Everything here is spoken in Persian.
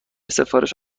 سفارش